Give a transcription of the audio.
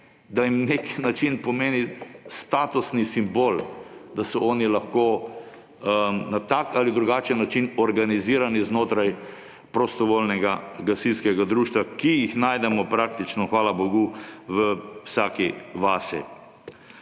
da jim na nek način pomeni statusni simbol, da so oni lahko na tak ali drugačen način organizirani znotraj prostovoljnega gasilskega društva. Te najdemo praktično, hvala bogu, v vsaki vasi.